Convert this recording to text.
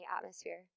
atmosphere